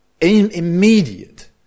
immediate